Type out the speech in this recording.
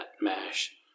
mash